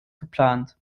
geplant